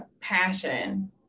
passion